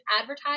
advertise